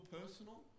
personal